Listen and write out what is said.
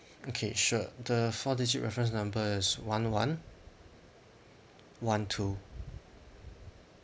okay sure the four digit reference number is one one one two